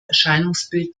erscheinungsbild